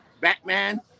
Batman